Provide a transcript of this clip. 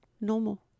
normal